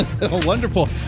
Wonderful